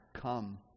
come